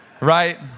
Right